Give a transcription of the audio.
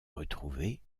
retrouver